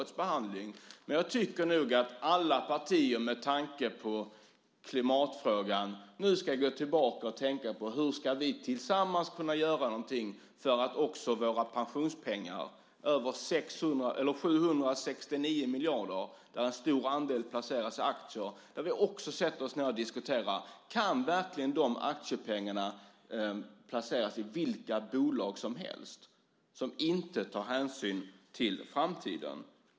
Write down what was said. Med tanke på klimatfrågan tycker jag att alla partier nu ska gå tillbaka och tänka på vad vi tillsammans kan göra med våra pensionspengar, över 769 miljarder, där en stor andel placeras i aktier. Kan verkligen dessa pengar placeras i vilka bolag som helst som inte tar hänsyn till framtiden?